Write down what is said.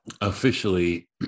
Officially